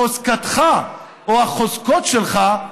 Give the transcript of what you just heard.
חוזקתך, או החוזקות שלך,